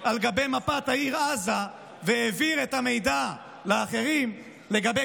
על גבי מפת העיר עזה והעביר את המידע לאחרים לגבי